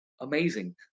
amazing